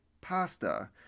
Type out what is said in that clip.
pasta